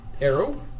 arrow